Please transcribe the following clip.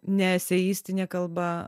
ne eseistine kalba